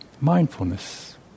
mindfulness